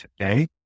today